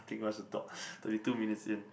nothing much to talk thirty two minutes in